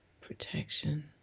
protection